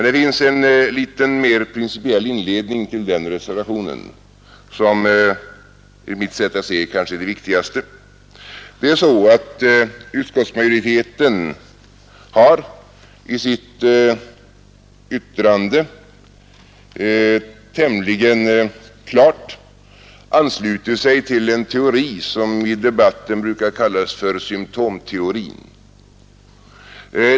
Det finns en liten, mer principiell inledning till den reservationen som enligt mitt sätt att se kanske är det viktigaste. Utskottsmajoriteten har i sitt yttrande tämligen klart anslutit sig till en teori som i debatten brukar kallas symtomteorin.